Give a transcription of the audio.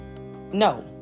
No